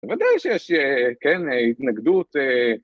‫בוודאי שיש, כן, התנגדות.